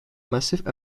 massive